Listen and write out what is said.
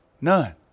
None